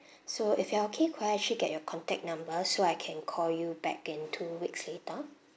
so if you are okay could I actually get your contact number so I can call you back in two weeks later